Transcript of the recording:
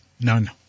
None